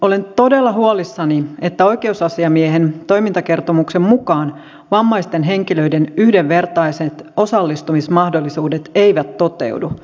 olen todella huolissani että oikeusasiamiehen toimintakertomuksen mukaan vammaisten henkilöiden yhdenvertaiset osallistumismahdollisuudet eivät toteudu